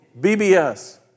BBS